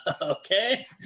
okay